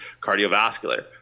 cardiovascular